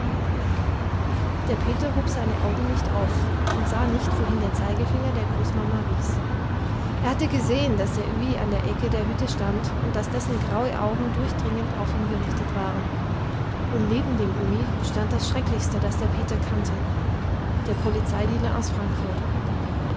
der peter hob seine augen nicht auf und sah nicht wohin der zeigefinger der großmama wies er hatte gesehen daß der öhi an der ecke der hütte stand und daß dessen graue augen durchdringend auf ihn gerichtet waren und neben dem öhi stand das schrecklichste das der peter kannte der polizeidiener aus frankfurt